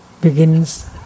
begins